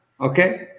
Okay